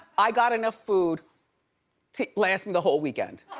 i got enough food to last me the whole weekend.